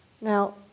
Now